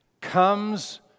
comes